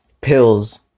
pills